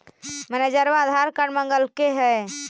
मैनेजरवा आधार कार्ड मगलके हे?